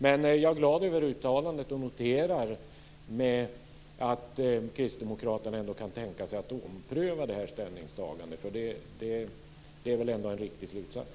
Men jag är glad över uttalandet och noterar att kristdemokraterna ändå kan tänka sig att ompröva sitt ställningstagande, för det är väl ändå en riktig slutsats?